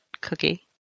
Cookie